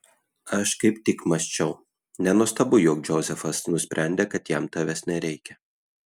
aš kaip tik mąsčiau nenuostabu jog džozefas nusprendė kad jam tavęs nereikia